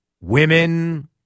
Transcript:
women